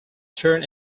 turn